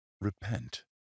repent